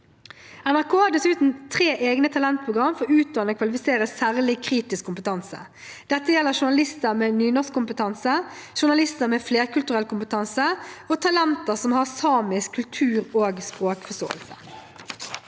491 uten tre egne talentprogram for å utdanne og kvalifisere særlig kritisk kompetanse. Dette gjelder journalister med nynorskkompetanse, journalister med flerkulturell kompetanse og talenter som har samisk kultur- og språkforståelse.